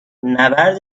نبرد